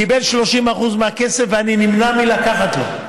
קיבל 30% מהכסף, אני נמנע מלקחת לו.